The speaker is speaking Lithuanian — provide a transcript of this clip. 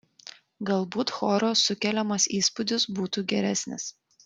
galbūt choro sukeliamas įspūdis būtų geresnis